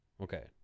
Okay